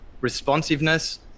responsiveness